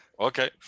Okay